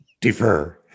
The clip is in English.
defer